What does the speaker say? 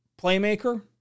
playmaker